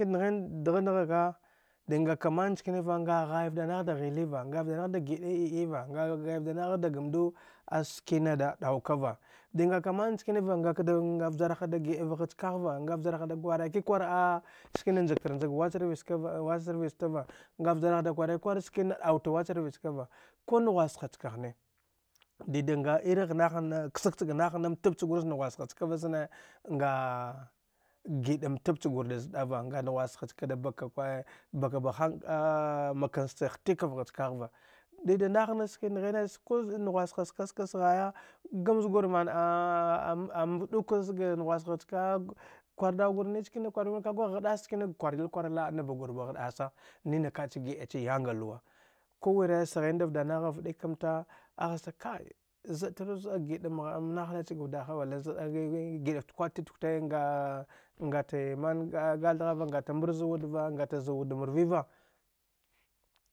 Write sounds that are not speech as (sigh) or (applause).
(unintelligible) dinga ka man chkaniva nnga ghai vdanagha da ghiliva nga vdunagha da giɗi iy iy va nga shai vdanagha da gamdu askinaɗa ɗaukava dinga ka man chkaniva ngaka da ngavjarha da gida vhach kagh va nga vjar ha da gida vghach kagh va ngavjarha da gida vghach kagh va nga vjarha da kwaraki kwar a skina njag tar njag wacha rvi skav a wacharvistanga vjarha da kwaraki kwar skina vauta wacha rvickava ku nghwasha chka hne dida nga iragh nahanna ksag cha ga nahanamtab chagur za nghwash chkava zane ngaa gidam tab chugur da zbava nga nghasha chka da (hesitation) a makamste htikka vghach kaghva dida nah naski dghine ku za nghashaska ska sghaya gamzugur man (hesitation) a bɗukwe zga nghwasha chka kwa kwar dau gur nich kane (unintelligible) kagur ghdas chkani kwar dil kwar la’a na bagur ba ghɗasnina kacha giɗa cha yanga luwa kuwire sghin da vdanagha vdi kamta ahaste kai zaɗ tru zɗa giɗa manati na cha ga wudaha wallai (unintelligible) giɗa fta kwat tikwe te nga ngate man a gath ghava ngat mbarz wudva ngata zuwud ma rviva